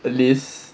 the list